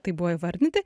tai buvo įvardinti